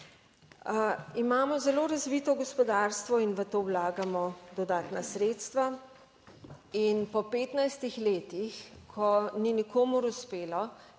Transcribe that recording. Imamo zelo razvito gospodarstvo in v to vlagamo dodatna sredstva in po 15 letih, ko ni nikomur uspelo,